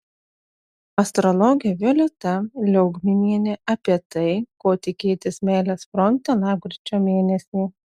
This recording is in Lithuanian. astrologė violeta liaugminienė apie tai ko tikėtis meilės fronte lapkričio mėnesį